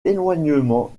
éloignement